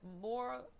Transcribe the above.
more